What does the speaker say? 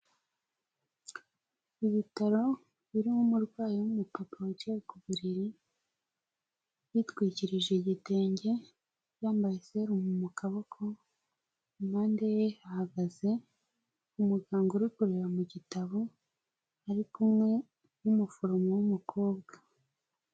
Ibitaro birimo umurwayi w'umupapa wicaye ku buriri, yitwikirije igitenge yampaye serumu mu kaboko, impande ye hahagaze umuganga uri kureba mu gitabo ari kumwe n'umuforomo w'umukobwa.